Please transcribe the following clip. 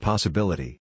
Possibility